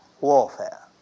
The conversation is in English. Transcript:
warfare